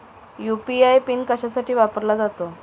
UPI PIN कशासाठी वापरला जातो?